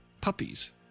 Puppies